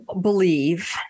believe